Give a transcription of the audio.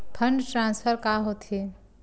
Fund transfer का होथे?